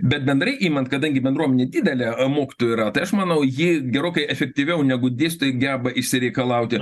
bet bendrai imant kadangi bendruomenė didelė mokytojų yra tai aš manau ji gerokai efektyviau negu dėstytojai geba išsireikalauti